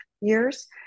years